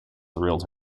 thrilled